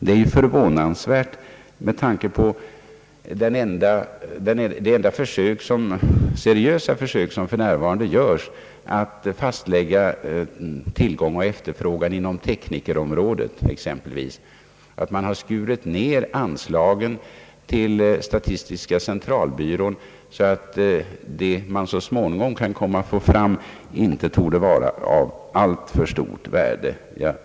Det är förvånansvärt med tanke på det enda seriösa försök som för närvarande görs att fastlägga tillgången och efterfrågan inom teknikerområdet, att man har skurit ner anslagen till statistiska centralbyrån så att det resultat som centralbyrån så småningom kan komma att lägga fram inte torde vara av alltför stort värde.